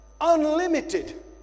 unlimited